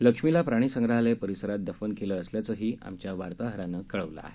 लक्ष्मीला प्राणीसंग्रहालय परिसरात दफन केलं असल्याचं आमच्या वार्ताहरानं कळवलं आहे